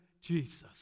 Jesus